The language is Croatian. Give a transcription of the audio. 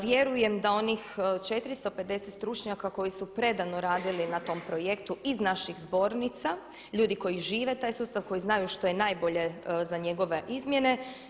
Vjerujem da onih 450 stručnjaka koji su predano radili na tom projektu iz naših zbornica, ljudi koji žive taj sustav, koji znaju što je najbolje za njegove izmjene.